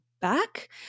back